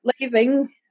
leaving